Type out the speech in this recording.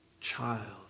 child